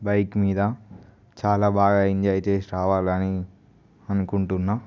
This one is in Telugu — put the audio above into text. బైక్ మీద చాలా బాగా ఎంజాయ్ చేసిరావాలని అనుకుంటున్నా